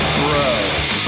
bro